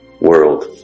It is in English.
world